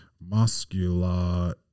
Muscular